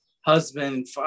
husband